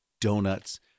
donuts